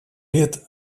лет